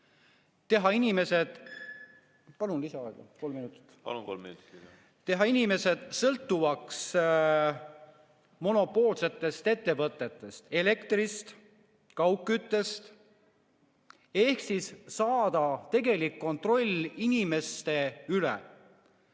Aitäh! ... sõltuvaks monopoolsetest ettevõtetest, elektrist, kaugküttest ehk saada tegelik kontroll inimeste üle.